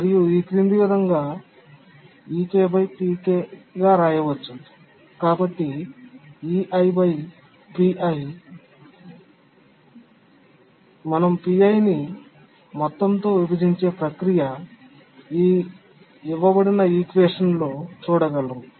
మరియు ఈ క్రింది విధంగా రాయవచ్చు కాబట్టి మనం pi ని మొత్తం తో విభజించే ప్రక్రియ ఈక్వేషన్ లో చూడగలరు